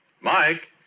Mike